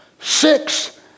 Six